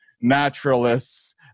naturalists